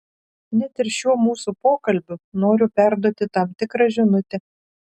net ir šiuo mūsų pokalbiu noriu perduoti tam tikrą žinutę